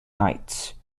nights